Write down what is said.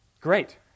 Great